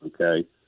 okay